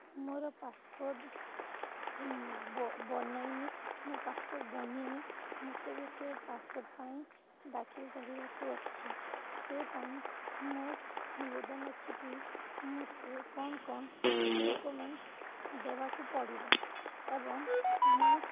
ମୋର ପାସ୍ପୋର୍ଟ୍ ବନାଇନି ମୋ ପାସ୍ପୋର୍ଟ୍ ବନିନି ମୋତେ ଗୋଟେ ପାସ୍ପୋର୍ଟ୍ ପାଇଁ ଦାଖିଲ କରିବାକୁ ଅଛି ସେ ପାଇଁଁ ମୋର ନିବେଦନ ଅଛି କି ମୋତେ କ'ଣ କ'ଣ ଡକ୍ୟୁମେଣ୍ଟ୍ସ ଦେବାକୁ ପଡ଼ିବ ଏବଂ ମୁଁ